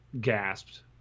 gasped